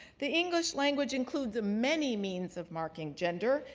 the english language includes many means of marking gender,